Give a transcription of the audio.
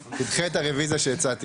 תדחה את הרוויזיה שהצעתי.